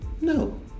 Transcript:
No